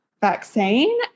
vaccine